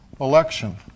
election